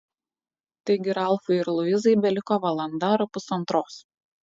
taigi ralfui ir luizai beliko valanda ar pusantros